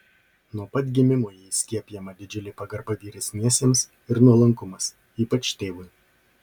nuo pat gimimo jai skiepijama didžiulė pagarba vyresniesiems ir nuolankumas ypač tėvui